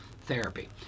therapy